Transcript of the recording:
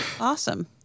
Awesome